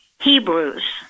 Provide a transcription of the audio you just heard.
Hebrews